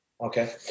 okay